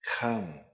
come